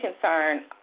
concern